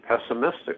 pessimistic